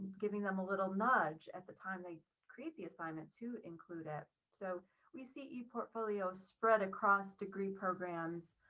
giving them a little nudge at the time they create the assignment to include it. so we see portfolio spread across degree programs,